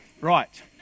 right